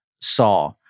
Saw